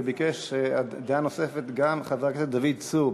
וביקש דעה נוספת גם חבר הכנסת דוד צור.